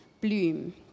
bloom